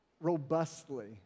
robustly